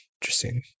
interesting